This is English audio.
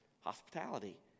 hospitality